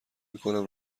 میکنم